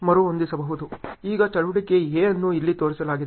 ಈಗ ಚಟುವಟಿಕೆ A ಅನ್ನು ಇಲ್ಲಿ ತೋರಿಸಲಾಗಿದೆ